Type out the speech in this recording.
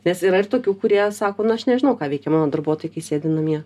nes yra ir tokių kurie sako na aš nežinau ką veikia mano darbuotojai kai sėdi namie